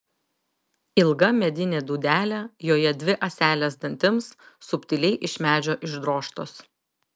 ilga medinė dūdelė joje dvi ąselės dantims subtiliai iš medžio išdrožtos